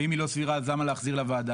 ואם היא לא סבירה אז למה להחזיר לוועדה?